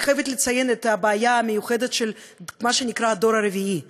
אני חייבת לציין את הבעיה המיוחדת של מה שנקרא "הדור הרביעי",